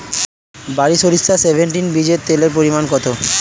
বারি সরিষা সেভেনটিন বীজে তেলের পরিমাণ কত?